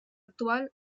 actual